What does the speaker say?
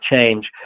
change